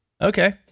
Okay